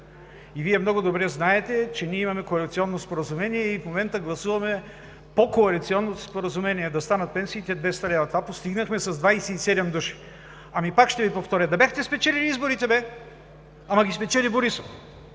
И Вие много добре знаете, че ние имаме коалиционно споразумение и в момента гласуваме по коалиционното споразумение пенсиите да станат 200 лв. Това постигнахме с 27 души. Пак ще Ви повторя – да бяхте спечелили изборите! Ама ги спечели Борисов.